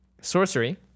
Sorcery